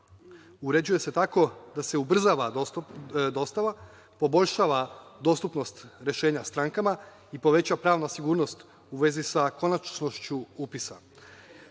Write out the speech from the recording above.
uređuje se tako da se ubrzava dostava, poboljšava dostupnost rešenja strankama i poveća pravna sigurnost u vezi sa konačnošću upisa.